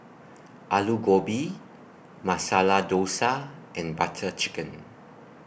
Alu Gobi Masala Dosa and Butter Chicken